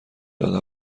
داده